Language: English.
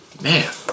Man